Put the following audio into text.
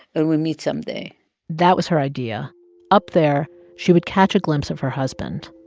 and we'll meet someday that was her idea up there, she would catch a glimpse of her husband,